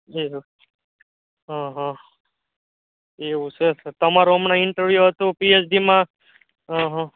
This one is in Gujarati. જી હ હ હ એવું છે તમારો હમણાં ઇન્ટરવ્યુ હતો પીએચડી માં હ હ